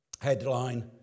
headline